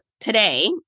today